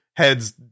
Heads